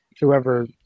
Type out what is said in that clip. whoever